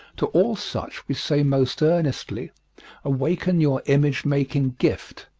to all such we say most earnestly awaken your image-making gift,